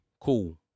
Cool